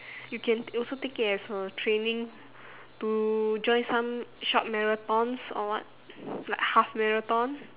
you can also take it as a training to join some short marathons or what like half marathon